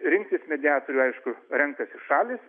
rinktis mediatorių aišku renkasi šalys